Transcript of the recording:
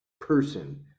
person